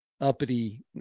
uppity